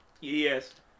Yes